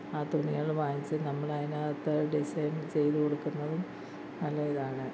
ആ തുണികൾ വാങ്ങിച്ച് നമ്മൾ അതിനകത്ത് ഡിസൈൻ ചെയ്തു കൊടുക്കുന്നതും നല്ല ഇതാണ്